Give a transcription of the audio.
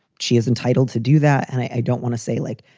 she is entitled to do that. and i don't want to say, like,